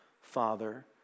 Father